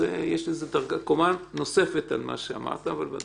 זו קומה נוספת על מה שאמרת בוודאי.